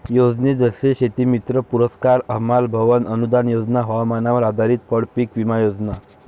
योजने जसे शेतीमित्र पुरस्कार, हमाल भवन अनूदान योजना, हवामानावर आधारित फळपीक विमा योजना